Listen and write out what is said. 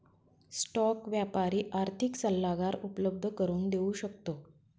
stock व्यापारी आर्थिक सल्लागार उपलब्ध करून देऊ शकतो